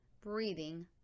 breathing